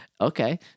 okay